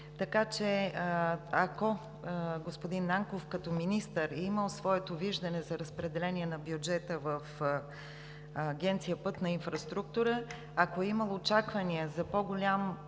Така че, ако господин Нанков като министър е имал своето виждане за разпределение на бюджета в Агенция „Пътна инфраструктура“, ако е имал очаквания за по-голям